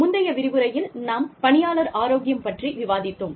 முந்தைய விரிவுரையில் நாம் பணியாளர் ஆரோக்கியம் பற்றி விவாதித்தோம்